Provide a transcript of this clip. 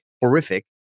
horrific